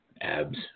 abs